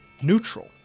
neutral